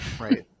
right